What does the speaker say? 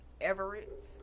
Everett